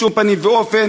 בשום פנים ואופן,